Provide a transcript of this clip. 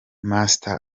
master